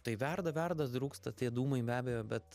tai verda verda rūksta dūmai be abejo bet